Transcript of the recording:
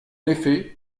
effet